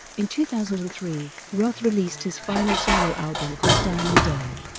in two thousand and three, roth released his final solo album called diamond dave,